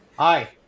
hi